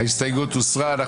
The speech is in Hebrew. ההסתייגות הוסרה.